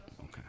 Okay